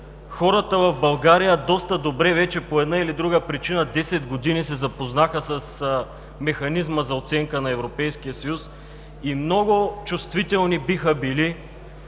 хората в България доста добре вече по една или друга причина, десет години се запознаха с механизма за оценка на Европейския съюз, и много чувствителни биха били,